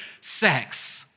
sex